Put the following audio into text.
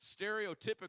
stereotypical